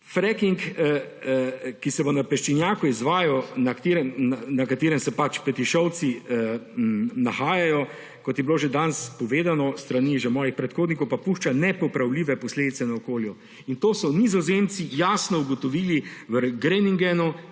fracking, ki se bo na peščenjaku izvajal, na katerem se Petišovci nahajajo, kot je bilo že danes povedano s strani že mojih predhodnikov, pa pušča nepopravljive posledice na okolju. To so Nizozemci jasno ugotovili v Groningenu,